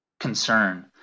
Concern